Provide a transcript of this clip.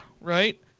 right